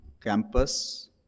campus